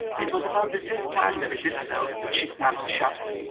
it was about the fifth time that it did so that she snapped the shutter.